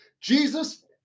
Jesus